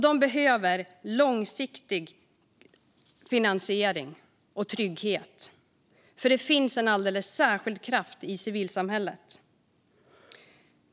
De behöver långsiktig finansiering och trygghet, för det finns en alldeles särskild kraft i civilsamhället.